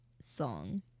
song